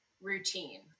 routine